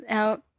out